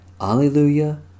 Alleluia